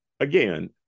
Again